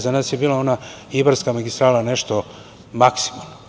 Za nas je bila ona Ibarska magistrala nešto maksimalno.